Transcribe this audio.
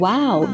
Wow